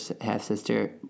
half-sister